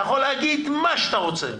אתה יכול להגיד מה שאתה רוצה,